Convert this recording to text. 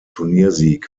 turniersieg